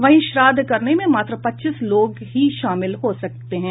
वहीं श्राद्ध करने में मात्र पच्चीस लोग ही शामिल हो सकेंगे